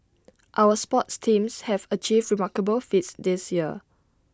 our sports teams have achieved remarkable feats this year